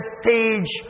stage